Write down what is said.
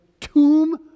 tomb